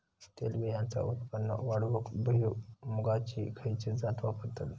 तेलबियांचा उत्पन्न वाढवूक भुईमूगाची खयची जात वापरतत?